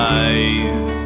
eyes